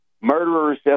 murderers